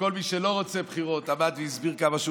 וכל מי שלא רוצה בחירות עמד והסביר כמה שהוא